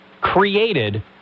created